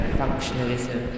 functionalism